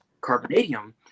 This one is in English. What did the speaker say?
carbonadium